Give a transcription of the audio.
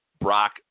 Brock